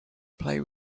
play